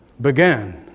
began